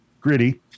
gritty